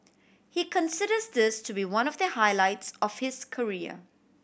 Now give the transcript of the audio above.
he considers this to be one of the highlights of his career